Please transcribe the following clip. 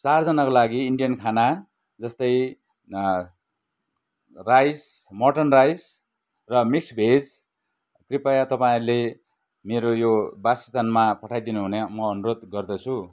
चारजनाको लागि इन्डियन खाना जस्तै राइस मटन राइस र मिक्स भेज कृपया तपाईँहरूले मेरो यो वासस्थानमा पठाइदिनु हुने म अनुरोध गर्दछु